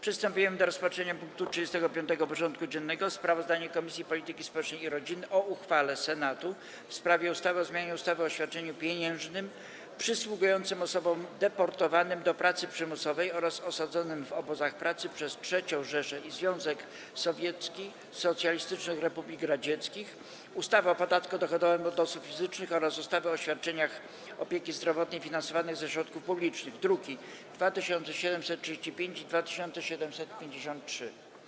Przystępujemy do rozpatrzenia punktu 35. porządku dziennego: Sprawozdanie Komisji Polityki Społecznej i Rodziny o uchwale Senatu w sprawie ustawy o zmianie ustawy o świadczeniu pieniężnym przysługującym osobom deportowanym do pracy przymusowej oraz osadzonym w obozach pracy przez III Rzeszę i Związek Socjalistycznych Republik Radzieckich, ustawy o podatku dochodowym od osób fizycznych oraz ustawy o świadczeniach opieki zdrowotnej finansowanych ze środków publicznych (druki nr 2735 i 2753)